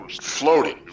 floating